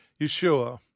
Yeshua